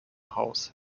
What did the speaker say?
haus